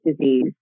disease